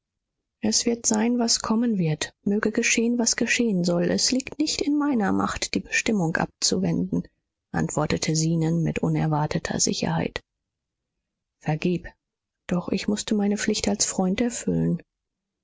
es wird sein was kommen wird möge geschehen was geschehen soll es liegt nicht in meiner macht die bestimmung abzuwenden antwortete zenon mit unerwarteter sicherheit vergib doch ich mußte meine pflicht als freund erfüllen